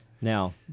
Now